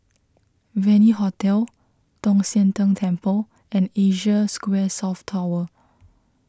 Venue Hotel Tong Sian Tng Temple and Asia Square South Tower